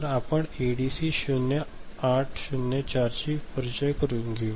तर आपण एडीसी 0804 शी परिचय करून घेऊ